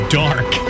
dark